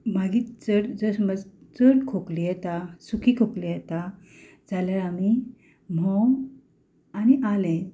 मागीर चड जर समज चड खोंकली येता सुकी खोंकली येता जाल्यार आमी म्होंव आनी आलें